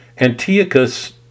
Antiochus